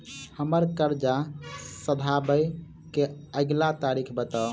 हम्मर कर्जा सधाबई केँ अगिला तारीख बताऊ?